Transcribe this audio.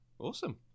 Awesome